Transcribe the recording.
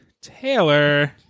Taylor